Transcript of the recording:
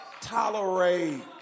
tolerate